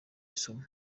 isomo